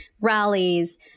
rallies